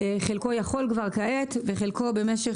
חלקו יכול כבר כעת להתבצע וחלקו במשך